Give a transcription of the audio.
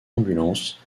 ambulance